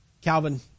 Calvin